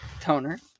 toner